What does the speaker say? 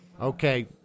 Okay